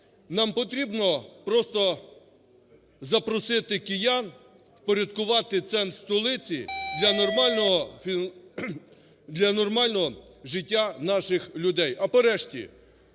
нам потрібно просто запросити киян впорядкувати центр столиці для нормального життя наших людей. А по решті,